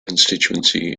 constituency